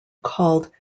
called